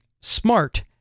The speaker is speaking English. SMART